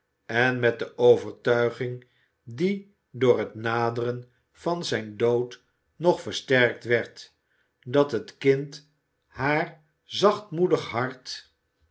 en met de overtuiging die door het naderen van den dood nog versterkt werd dat het kind haar zachtmoedig hart